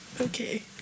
Okay